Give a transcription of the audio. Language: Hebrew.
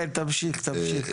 כן, תמשיך תמשיך.